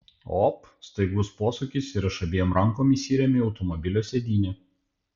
op staigus posūkis ir aš abiem rankom įsiremiu į automobilio sėdynę